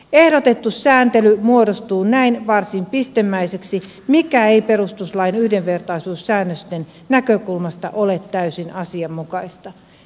ehdotettu sääntely muodostuu näin varsin pistemäiseksi mikä ei perustuslain yhdenvertaisuussäännösten näkökulmasta ole täysin asianmukaista